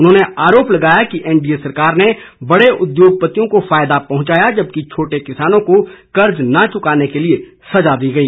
उन्होंने आरोप लगाया कि एनडीए सरकार ने बड़े उद्योगपतियों को फायदा पहुंचाया जबकि छोटे किसानों को कर्ज न चुकाने के लिए सजा दी गई